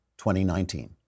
2019